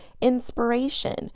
inspiration